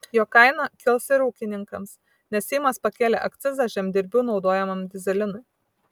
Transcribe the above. jo kaina kils ir ūkininkams nes seimas pakėlė akcizą žemdirbių naudojamam dyzelinui